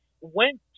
went